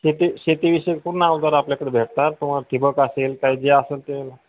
शेती शेतीविषयी पूर्ण अवजारं आपल्याकडं भेटतात तुम्हाला ठिबक असेल काय जे असंल ते